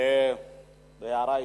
הערה אישית: